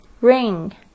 Ring